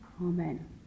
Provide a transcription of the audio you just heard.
Amen